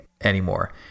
anymore